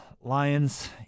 Lions